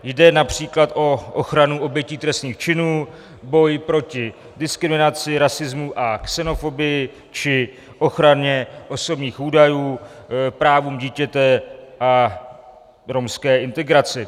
Jde například o ochranu obětí trestných činů, boj proti diskriminaci, rasismu a xenofobii či ochranu osobních údajů, práv dítěte a romskou integraci.